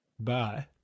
Bye